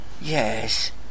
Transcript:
Yes